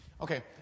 Okay